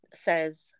says